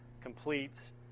completes